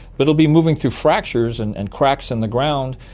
but it'll be moving through fractures and and cracks in the ground.